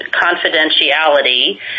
confidentiality